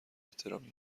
احترامی